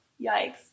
Yikes